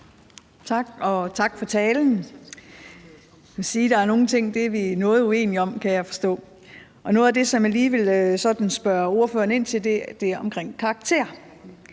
(KF): Tak for talen. Jeg må sige, at nogle ting er vi noget uenige om, kan jeg forstå. Noget af det, som jeg lige vil spørge ordføreren ind til, er det om karakterer.